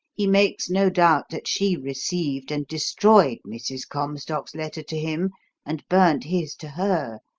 he makes no doubt that she received and destroyed mrs. comstock's letter to him and burnt his to her,